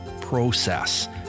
Process